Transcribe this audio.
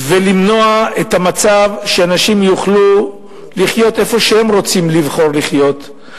למנוע את המצב שאנשים לא יוכלו לחיות איפה שהם רוצים לבחור לחיות,